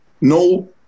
no